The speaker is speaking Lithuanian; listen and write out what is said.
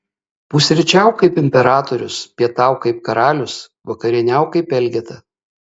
pusryčiauk kaip imperatorius pietauk kaip karalius vakarieniauk kaip elgeta